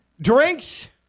drinks